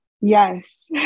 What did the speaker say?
Yes